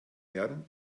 herrn